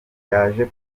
yaje